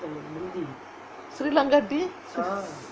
sri lanka tea